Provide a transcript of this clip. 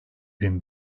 bin